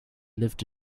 lived